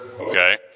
Okay